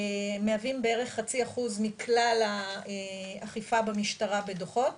מהווים בערך 1/2% מכלל האכיפה במשטרה בדו"חות